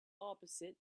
opposite